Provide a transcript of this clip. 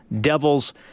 Devils